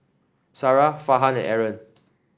Sarah Farhan and Aaron